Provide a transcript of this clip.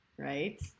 Right